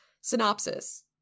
synopsis